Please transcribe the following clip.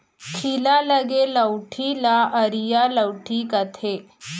खीला लगे लउठी ल अरिया लउठी कथें